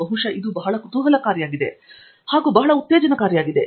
ಬಹುಶಃ ಇದು ಬಹಳ ಕುತೂಹಲಕಾರಿಯಾಗಿದೆ ಹಾಗೂ ಬಹಳ ಉತ್ತೇಜನಕಾರಿಯಾಗಿದೆ